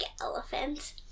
elephants